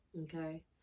okay